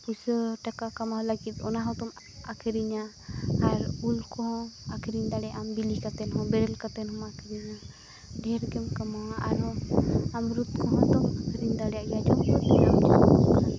ᱯᱩᱭᱥᱟᱹᱼᱴᱟᱠᱟ ᱠᱟᱢᱟᱣ ᱞᱟᱹᱜᱤᱫ ᱚᱱᱟ ᱦᱚᱸᱛᱚᱢ ᱟᱹᱠᱷᱨᱤᱧᱟ ᱟᱨ ᱩᱞ ᱠᱚᱦᱚᱸ ᱟᱹᱠᱷᱨᱤᱧ ᱫᱟᱲᱮᱭᱟᱜᱼᱟᱢ ᱵᱤᱞᱤ ᱠᱟᱛᱮ ᱦᱚᱸ ᱵᱮᱨᱮᱞ ᱠᱟᱛᱮᱱ ᱦᱚᱸᱢ ᱟᱹᱠᱷᱨᱤᱧᱟ ᱰᱷᱮᱹᱨ ᱜᱮᱢ ᱠᱟᱢᱟᱣᱟ ᱟᱨᱦᱚᱸ ᱟᱢᱨᱩᱫ ᱠᱚᱦᱚᱸ ᱫᱚᱢ ᱟᱹᱠᱷᱨᱤᱧ ᱫᱟᱲᱮᱭᱟᱜ ᱜᱮᱭᱟ ᱡᱚᱛᱚᱱᱟᱜ ᱜᱮ ᱦᱩᱭᱩᱜᱼᱟ